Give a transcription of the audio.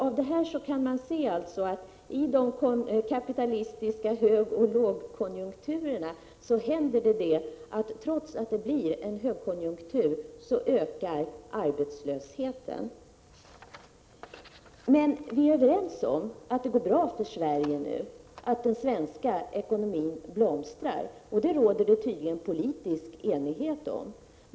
Av detta framgår att det i de kapitalistiska högoch lågkonjunkturerna kan hända att arbetslösheten ökar trots att en högkonjunktur inträder. Men vi är överens om att det nu går bra för Sverige. Att den svenska ekonomin blomstrar råder det tydligen politisk enighet om.